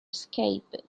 escaped